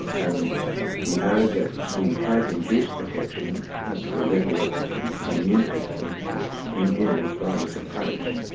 and we know that we have induced protection at the level of the immune system in humans by this approach.